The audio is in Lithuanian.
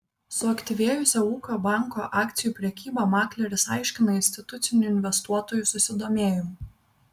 suaktyvėjusią ūkio banko akcijų prekybą makleris aiškina institucinių investuotojų susidomėjimu